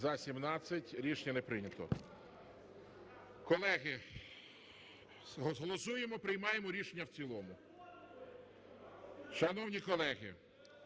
За-17 Рішення не прийнято. Колеги, голосуємо, приймаємо рішення в цілому. Шановні колеги,